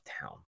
town